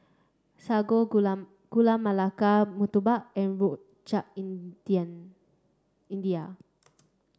Sago Gula Gula Melaka Murtabak and Rojak Indian India